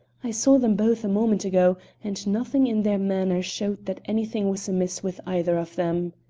i saw them both a moment ago, and nothing in their manner showed that anything was amiss with either of them.